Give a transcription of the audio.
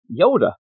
yoda